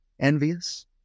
Envious